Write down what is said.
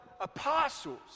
apostles